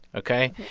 ok?